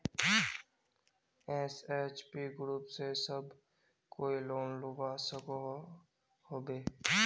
SHG group से सब कोई लोन लुबा सकोहो होबे?